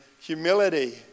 humility